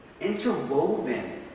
Interwoven